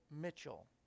Mitchell